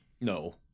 No